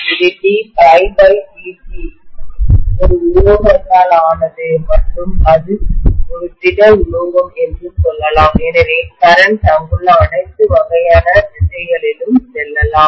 இது d∅dt ஒரு உலோகத்தால் ஆனது மற்றும் அது ஒரு திட உலோகம் என்று சொல்லலாம் எனவே கரண்ட் அங்குள்ள அனைத்து வகையான திசைகளிலும் செல்லலாம்